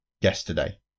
yesterday